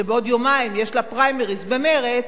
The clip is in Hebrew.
שבעוד יומיים יש לה פריימריס במרצ,